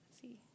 see